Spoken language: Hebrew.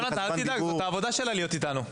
יונתן, אל תדאג, זאת העבודה שלה להיות איתנו.